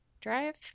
drive